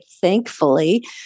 thankfully